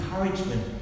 encouragement